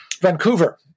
Vancouver